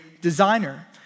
designer